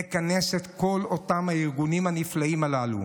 נכנס את כל הארגונים הנפלאים הללו